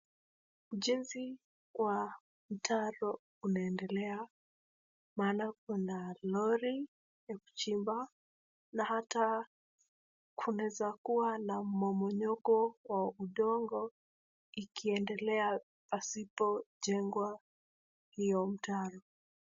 Unjezi kwa mtaro unaendelea maana kuna lori la kuchimba na hata kunaezakuwa na mmomonyoko wa udongo ikiendelea pasipojengwa hiyo mtaro.